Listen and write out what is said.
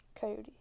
coyote